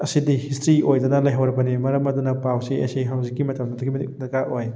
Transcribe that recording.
ꯑꯁꯤꯗꯤ ꯍꯤꯁꯇ꯭ꯔꯤ ꯑꯣꯏꯗꯅ ꯂꯩꯍꯧꯔꯕꯅꯤ ꯃꯔꯝ ꯑꯗꯨꯅ ꯆꯥꯎ ꯆꯦ ꯑꯁꯤ ꯍꯧꯖꯤꯛꯀꯤ ꯃꯇꯝ ꯑꯗꯨꯛꯀꯤ ꯃꯇꯤꯛ ꯗꯔꯀꯥꯔ ꯑꯣꯏ